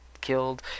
killed